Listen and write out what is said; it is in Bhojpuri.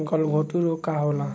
गलघोंटु रोग का होला?